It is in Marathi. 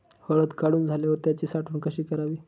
हळद काढून झाल्यावर त्याची साठवण कशी करावी?